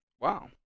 Wow